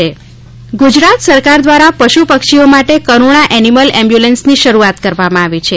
કરૂણા એખ્યુલન્સ ગુજરાત સરકાર દ્વારા પશ્ પક્ષીઓ માટે કરૂણા એનિમલ એમ્બ્યુલન્સની શરૂઆત કરવામાં આવી છે